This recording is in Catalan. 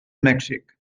mèxic